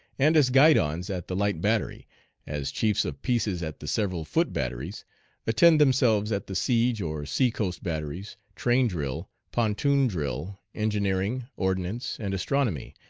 and as guidons at the light battery as chiefs of pieces at the several foot batteries attend themselves at the siege or sea-coast batteries, train drill, pontoon drill, engineering, ordnance, and astronomy,